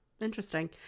Interesting